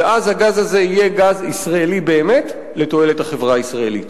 ואז הגז הזה יהיה גז ישראלי באמת לתועלת החברה הישראלית.